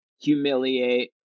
humiliate